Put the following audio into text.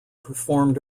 performed